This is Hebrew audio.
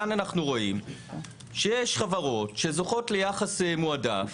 כאן אנחנו רואים שיש חברות שזוכות ליחס מועדף,